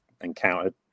encountered